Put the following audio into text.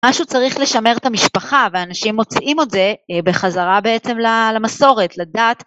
משהו צריך לשמר את המשפחה ואנשים מוצאים את זה בחזרה בעצם למסורת, לדת...